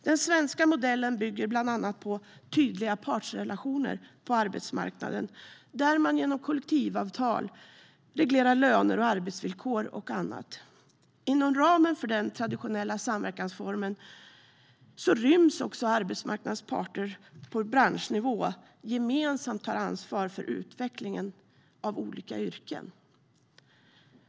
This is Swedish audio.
Den svenska modellen bygger bland annat på tydliga partsrelationer på arbetsmarknaden där man genom kollektivavtal reglerar löner, arbetsvillkor och annat. Inom ramen för den traditionella samverkansformen ryms också att arbetsmarknadens parter på branschnivå gemensamt tar ansvar för utvecklingen av olika yrken.